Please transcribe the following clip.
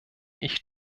ich